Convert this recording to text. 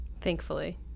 Thankfully